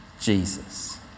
Jesus